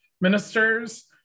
ministers